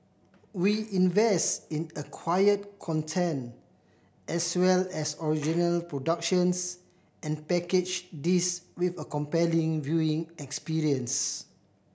we invest in acquired content as well as original productions and package this with a compelling viewing experience